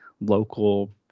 local